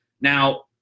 Now